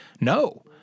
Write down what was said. no